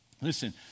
Listen